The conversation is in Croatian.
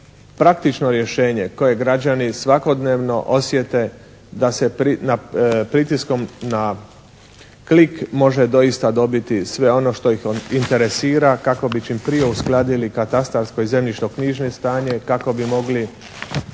praktično rješenje koje građani svakodnevno osjete da se pritiskom na klik može doista dobiti sve ono što ih interesira kako bi čim prije uskladili katastarsko i zemljišno-knjižno stanje, kako bi mogli